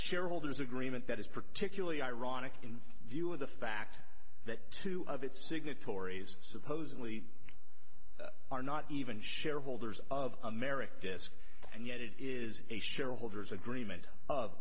shareholders agreement that is particularly ironic in view of the fact that two of its signatories supposedly are not even shareholders of america disk and yet it is a shareholders agreement of